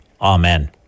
Amen